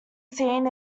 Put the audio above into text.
seen